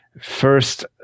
first